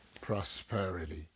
prosperity